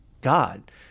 God